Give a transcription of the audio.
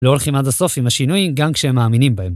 לא הולכים עד הסוף עם השינויים, גם כשהם מאמינים בהם.